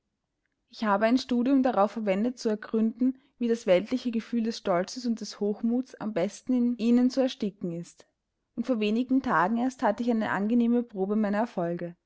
ich habe ein studium darauf verwendet zu ergründen wie das weltliche gefühl des stolzes und des hochmuts am besten in ihnen zu ersticken ist und vor wenigen tagen erst hatte ich eine angenehme probe meiner erfolge